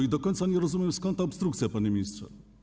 Nie do końca rozumiem, skąd ta obstrukcja, panie ministrze.